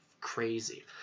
crazy